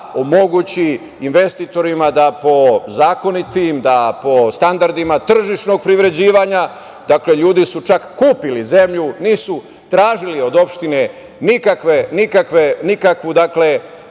omogući investitorima da po zakonitim, po standardima tržišnog privređivanja, dakle, ljudi su čak kupili zemlju, nisu tražili od opštine nikakve poklone, ništa